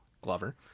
Glover